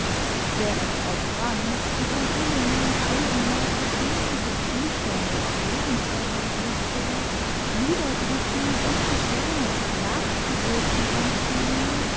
während auf franz die enthüllungen eigener persönlicher zustände und lebensverhältnisse niederdrückend und beschämend nachzuwirken anfingen